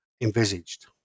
envisaged